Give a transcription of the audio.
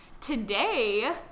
today